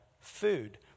food